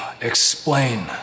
explain